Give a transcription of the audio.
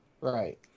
Right